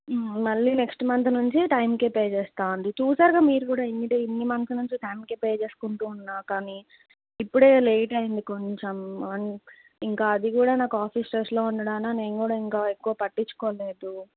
మళ్ళీ next month నుంచి టైంకే పే చేస్తామండీ చూశారుగా మీరు కూడా ఇన్ని ఇన్ని మంత్స్ నుంచి టైంకే పే చేసుకుంటూ ఉన్నా కానీ ఇప్పుడే లేట్ అయ్యంది కొంచెం అ ఇంకా అది కూడా నాకు ఆఫీస్ స్ట్రెస్లో ఉండడానా నేను కూడా ఇంకా ఎక్కువ పట్టించుకోలేదు